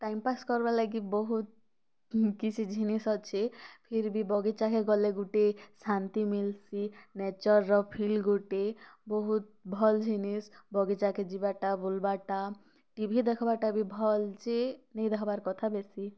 timepass କର୍ବାର୍ ଲାଗି ବହୁତ୍ କିଛି ଜିନିଷ୍ ଅଛେ ଫିର୍ ବି ବଗିଚାକେ ଗଲେ ଗୁଟେ ଶାନ୍ତି ମିଲ୍ସି ନେଚର୍ର ଫିଲ୍ ଗୁଟେ ବହୁତ୍ ଭଲ୍ ଜିନିଷ୍ ବଗିଚାକେ ଯିବାର୍ଟା ବୁଲ୍ବାର୍ଟା ଟିଭି ଦେଖ୍ବାର୍ଟା ବି ଭଲ୍ ଯେ ନାଇ ଦେଖ୍ବାର୍ କଥା ବେଶୀ